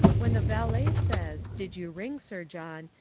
when the valet says, did you ring, sir john,